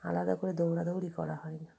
আলাদা করে দৌড়াদৌড়ি করা হয় না